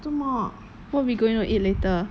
怎么